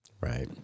Right